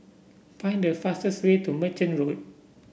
find the fastest way to Merchant Road